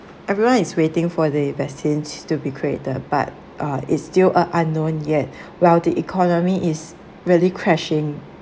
everyone is waiting for the vaccines to be created but uh is still a unknown yet while the economy is really crashing